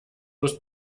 muss